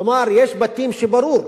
כלומר, יש בתים שברור,